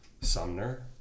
sumner